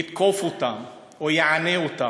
יתקוף אותם או יענה אותם.